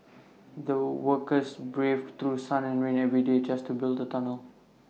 the workers braved through sun and rain every day just to build the tunnel